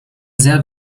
sehr